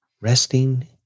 Resting